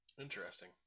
Interesting